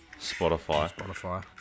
Spotify